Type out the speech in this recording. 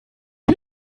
wie